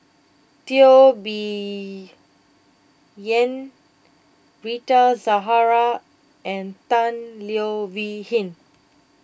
Teo Bee Yen Rita Zahara and Tan Leo Wee Hin